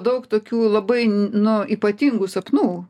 daug tokių labai nu ypatingų sapnų